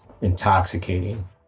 intoxicating